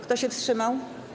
Kto się wstrzymał?